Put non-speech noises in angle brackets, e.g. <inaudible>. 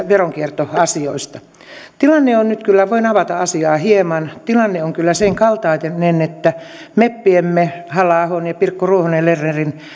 <unintelligible> veronkiertoasioista voin avata asiaa hieman tilanne on kyllä sen kaltainen että meppiemme halla ahon ja pirkko ruohonen lernerin